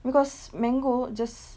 because mango just